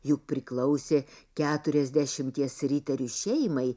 juk priklausė keturiasdešimties riterių šeimai